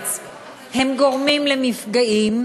הארץ הם גורמים למפגעים,